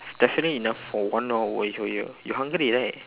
it's definitely enough for one hour while you are here you hungry right